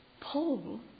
Paul